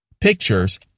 pictures